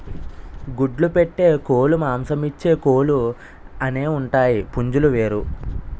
గుడ్లు పెట్టే కోలుమాంసమిచ్చే కోలు అనేవుంటాయి పుంజులు వేరు